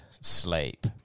sleep